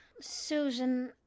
Susan